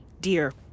dear